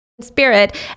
spirit